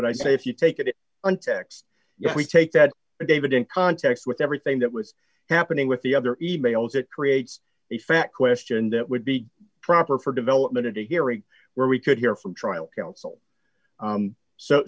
but i say if you take it on text yes we take that david in context with everything that was happening with the other e mails that creates the fact question that would be proper for development of the hearing where we could hear from trial counsel so so